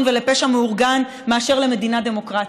ולפשע מאורגן מאשר למדינה דמוקרטית.